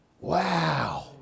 Wow